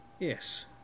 Yes